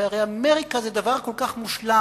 והרי אמריקה זה דבר כל כך מושלם